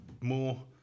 more